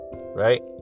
right